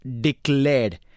Declared